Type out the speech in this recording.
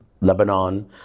Lebanon